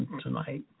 tonight